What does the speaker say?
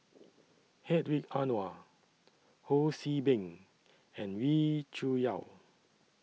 Hedwig Anuar Ho See Beng and Wee Cho Yaw